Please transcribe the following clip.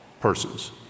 persons